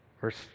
Verse